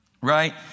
right